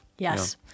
Yes